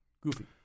goofy